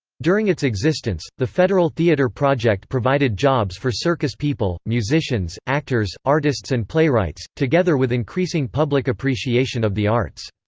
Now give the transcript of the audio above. during its existence, the federal theatre project provided jobs for circus people, musicians, actors, artists and playwrights, together with increasing public appreciation of the arts.